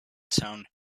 town